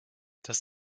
das